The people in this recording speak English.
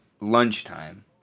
lunchtime